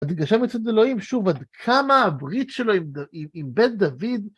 התגשם אצל אלוהים, שוב, עד כמה הברית שלו עם בן דוד...